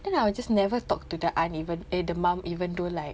then I will just never talk to the aunt even eh the mum even though like